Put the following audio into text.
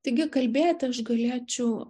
taigi kalbėti aš galėčiau